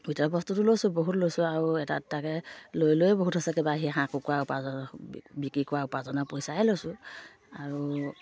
ভিতৰৰ বস্তুটো লৈছোঁ বহুত লৈছোঁ আৰু এটা তাকে লৈ লৈয়ো বহুত আছে কিবা সেই হাঁহ কুকুৰা উপাৰ্জন বিক্ৰী কৰা উপাৰ্জনৰ পইচাৰেই লৈছোঁ আৰু